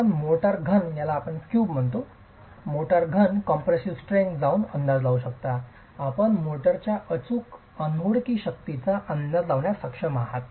आपण मोर्टारच्या घन कॉम्प्रेसीव स्ट्रेंग्थ जाऊन अंदाज लावू शकता आपण मोर्टारच्या अचूक अनोळखी शक्तीचा अंदाज लावण्यास सक्षम आहात